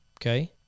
Okay